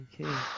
okay